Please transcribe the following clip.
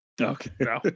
Okay